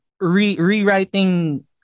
rewriting